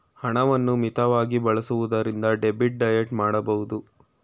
ಹಣವನ್ನು ಮಿತವಾಗಿ ಬಳಸುವುದರಿಂದ ಡೆಬಿಟ್ ಡಯಟ್ ಮಾಡಬಹುದು